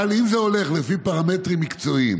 אבל אם זה הולך לפי פרמטרים מקצועיים